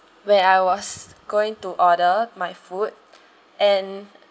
when I was going to order my food and